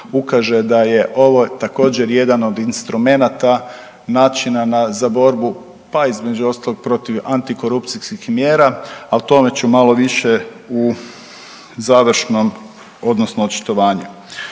ukaže da je ovo također jedan od instrumenata načina za borbu pa između ostalog protiv antikorupcijskih mjera, ali o tome ću malo više u završnom odnosno očitovanju.